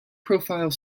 profile